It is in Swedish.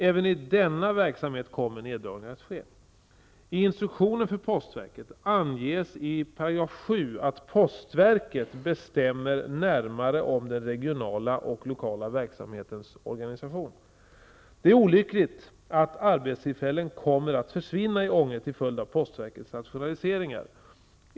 Även i denna verksamhet kommer neddragningar att ske. Det är olyckligt att arbetstillfällen kommer att försvinna i Ånge till följd av postverkets rationaliseringar.